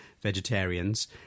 vegetarians